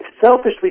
Selfishly